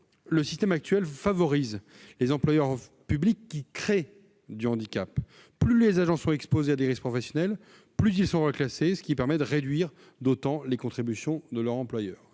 le système actuel favorise les employeurs publics qui « créent » du handicap. Plus les agents sont exposés à des risques professionnels, plus ils sont reclassés, ce qui permet de réduire d'autant les contributions de leur employeur.